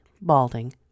balding